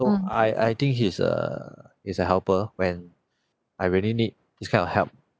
so I I think he's err he's a helper when I really need this kind of help